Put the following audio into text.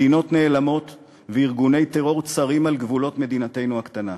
מדינות נעלמות וארגוני טרור צרים על גבולות מדינתנו הקטנה.